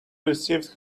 received